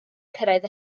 cyrraedd